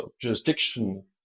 jurisdiction